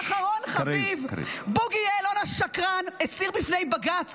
ואחרון חביב: בוגי יעלון השקרן הצהיר בפני בג"ץ